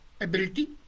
ability